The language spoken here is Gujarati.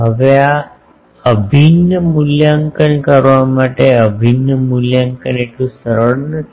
હવે આ અભિન્ન મૂલ્યાંકન કરવા માટે આ અભિન્ન મૂલ્યાંકન એટલું સરળ નથી